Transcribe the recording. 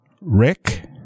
Rick